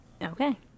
Okay